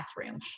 bathroom